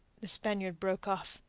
the spaniard broke off.